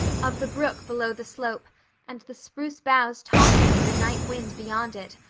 of the brook below the slope and the spruce boughs tossing in the night wind beyond it,